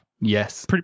Yes